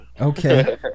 Okay